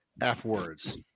F-words